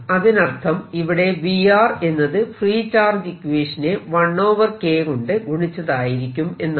അതിനർത്ഥം ഇവിടെ V എന്നത് ഫ്രീ ചാർജ് ഇക്വേഷനെ 1K കൊണ്ട് ഗുണിച്ചതായിരിക്കും എന്നാണ്